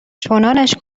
چنانش